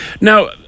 Now